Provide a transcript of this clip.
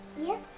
Yes